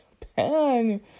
Japan